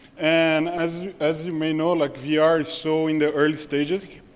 and as as you may know, like vr ah is so in the early stages,